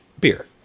Beer